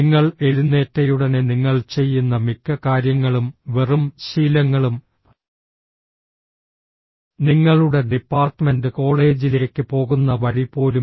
നിങ്ങൾ എഴുന്നേറ്റയുടനെ നിങ്ങൾ ചെയ്യുന്ന മിക്ക കാര്യങ്ങളും വെറും ശീലങ്ങളും നിങ്ങളുടെ ഡിപ്പാർട്ട്മെന്റ് കോളേജിലേക്ക് പോകുന്ന വഴി പോലും